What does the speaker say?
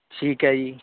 ਠੀਕ ਹੈ ਜੀ